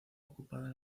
ocupada